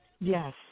Yes